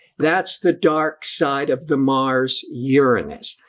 that's the dark side of the mars uranus,